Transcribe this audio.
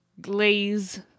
glaze